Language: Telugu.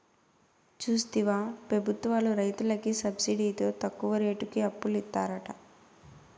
చూస్తివా పెబుత్వాలు రైతులకి సబ్సిడితో తక్కువ రేటుకి అప్పులిత్తారట